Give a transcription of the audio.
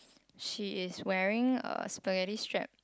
she is wearing a spaghetti strap